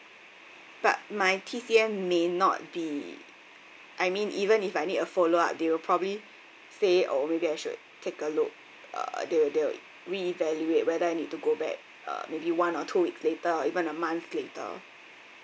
but my T_C_M may not be I mean even if I need a follow-up they will probably say oh maybe I should take a look uh they'll they'll re-evaluate whether I need to go back uh maybe one or two weeks later or even a month later